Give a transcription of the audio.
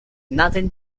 nothing